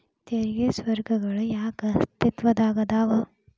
ತೆರಿಗೆ ಸ್ವರ್ಗಗಳ ಯಾಕ ಅಸ್ತಿತ್ವದಾಗದವ